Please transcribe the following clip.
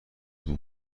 مون